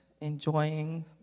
enjoying